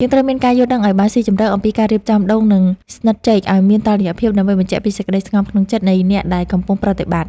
យើងត្រូវមានការយល់ដឹងឱ្យបានស៊ីជម្រៅអំពីការរៀបចំដូងនិងស្និតចេកឱ្យមានតុល្យភាព ដើម្បីបញ្ជាក់ពីសេចក្តីស្ងប់ក្នុងចិត្តនៃអ្នកដែលកំពុងប្រតិបត្តិ។